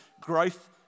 growth